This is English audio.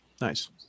Nice